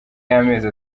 y’amezi